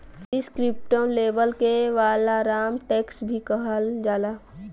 descriptive label के वालाराम tax भी कहल जाला